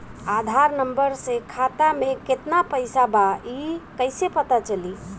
आधार number से खाता में केतना पईसा बा ई क्ईसे पता चलि?